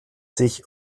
sich